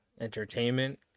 entertainment